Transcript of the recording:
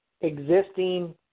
existing